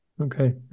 okay